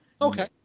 okay